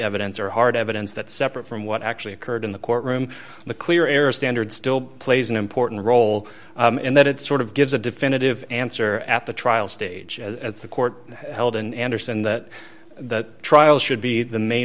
evidence or hard evidence that separate from what actually occurred in the courtroom the clear air standard still plays an important role in that it sort of gives a definitive answer at the trial stage as the court held in anderson that that trial should be the main